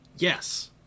Yes